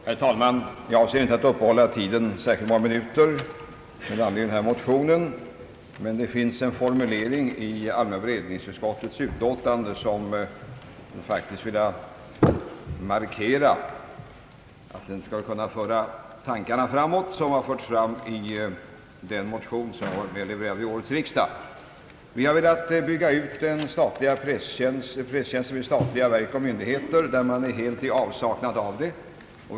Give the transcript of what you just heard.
Herr talman! Jag avser inte att uppehålla tiden särskilt många minuter med anledning av motionen I: 300. Det finns emellertid en formulering i allmänna beredningsutskottets utlåtande som jag faktiskt vill understryka. Vi har velat bygga ut presstjänsten vid statliga verk och myndigheter, där man är helt i avsaknad av sådan.